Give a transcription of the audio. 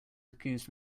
accused